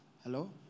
Hello